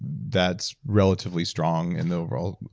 that's relatively strong in the overall